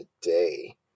today